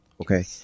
Okay